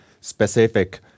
specific